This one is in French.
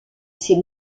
ces